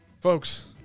Folks